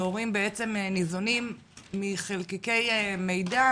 והורים ניזונים מחלקיקי מידע,